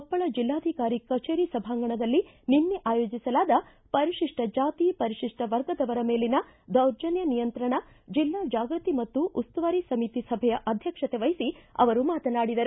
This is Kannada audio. ಕೊಪ್ಪಳ ಜಿಲ್ಲಾಧಿಕಾರಿ ಕಚೇರಿ ಸಭಾಂಗಣದಲ್ಲಿ ನಿನ್ನೆ ಆಯೋಜಿಸಲಾದ ಪರಿಶಿಷ್ಟ ಜಾತಿ ಪರಿಶಿಪ್ಲ ವರ್ಗದವರ ಮೇಲಿನ ದೌರ್ಜನ್ಯ ನಿಯಂತ್ರಣ ಜಿಲ್ಲಾ ಜಾಗೃತಿ ಮತ್ತು ಉಸ್ತುವಾರಿ ಸಮಿತಿ ಸಭೆಯ ಅಧ್ಯಕ್ಷತೆ ವಹಿಸಿ ಅವರು ಮಾತನಾಡಿದರು